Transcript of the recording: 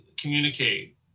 communicate